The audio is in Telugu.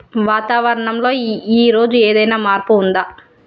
వాతావరణం లో ఈ రోజు ఏదైనా మార్పు ఉందా?